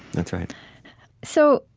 that's right so,